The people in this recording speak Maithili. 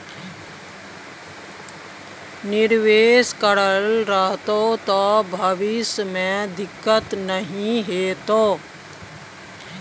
निवेश करल रहतौ त भविष्य मे दिक्कत नहि हेतौ